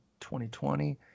2020